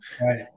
Right